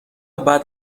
بعد